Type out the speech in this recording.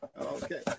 Okay